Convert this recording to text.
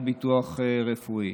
הביטוח הרפואי.